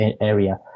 area